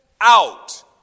out